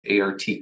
ART